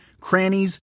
crannies